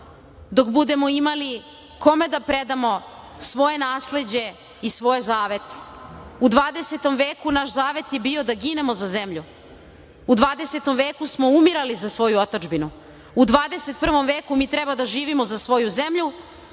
dok budemo imali kome da predamo svoje nasleđe i svoje zavete.U 20. veku naš zavet je bio da ginemo za zemlju, u 20. veku smo umirali za svoju otadžbinu. U 21. veku mi treba da živimo za svoju zemlju,